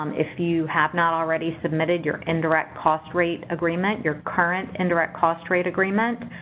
um if you have not already submitted your indirect cost rate agreement, your current indirect cost rate agreement,